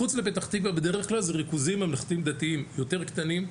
מחוץ לפתח תקווה בדרך כלל זה ריכוזים ממלכתיים-דתיים יותר קטנים,